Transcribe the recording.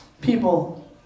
people